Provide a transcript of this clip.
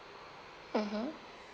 mmhmm